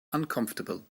uncomfortable